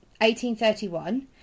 1831